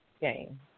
game